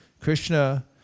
Krishna